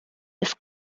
los